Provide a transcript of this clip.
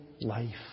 life